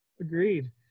Agreed